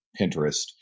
Pinterest